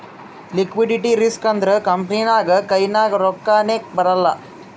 liquidity risk ಅಂದುರ್ company ನಾಗ್ ಕೈನಾಗ್ ರೊಕ್ಕಾನೇ ಬರಲ್ಲ